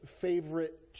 favorite